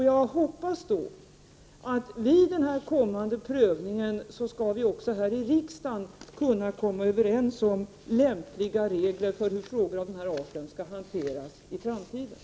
Jag hoppas då att vi vid den kommande prövningen också här i riksdagen skall kunna komma överens om lämpliga regler för hur frågor av den arten i framtiden skall hanteras.